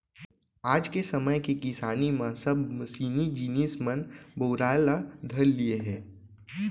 आज के समे के किसानी म सब मसीनी जिनिस मन बउराय ल धर लिये हें